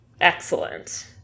Excellent